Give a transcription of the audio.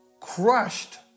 Crushed